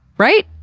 right?